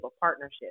partnership